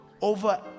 over